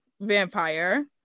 vampire